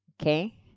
okay